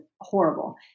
horrible